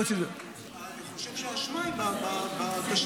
אני חושב שהאשמה היא בתשתיות.